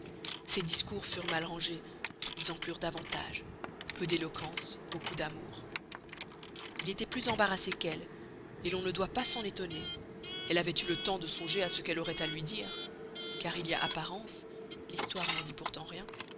ses discours furent mal rangez ils en plûrent davantage peu d'éloquence beaucoup d'amour il estoit plus embarassé qu'elle et l'on ne doit pas s'en estonner elle avoit eu le temps de songer à ce qu'elle auroit à luy dire car il y a apparence l'histoire n'en dit pourtant rien